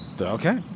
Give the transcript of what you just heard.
Okay